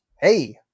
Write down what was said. hey